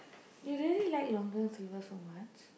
you really like Long-John-Silver so much